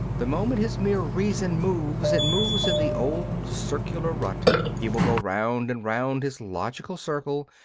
the moment his mere reason moves, it moves in the old circular rut he will go round and round his logical circle,